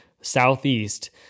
Southeast